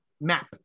map